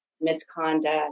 misconduct